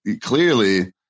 clearly